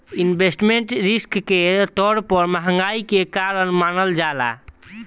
investment risk के तौर पर महंगाई के कारण मानल जाला